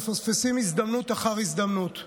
ומתווספים גם החולים מהבעיות הביטחוניות.